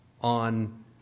on